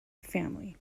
family